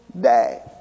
day